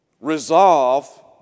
Resolve